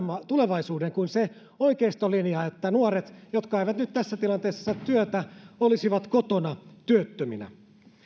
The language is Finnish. tulevaisuuden kuin se oikeistolinja että nuoret jotka eivät nyt tässä tilanteessa saa työtä olisivat kotona työttöminä